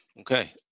okay